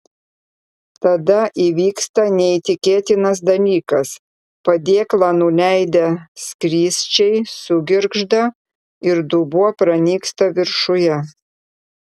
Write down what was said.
tada įvyksta neįtikėtinas dalykas padėklą nuleidę skrysčiai sugirgžda ir dubuo pranyksta viršuje